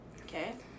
Okay